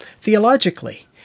theologically—